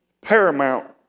paramount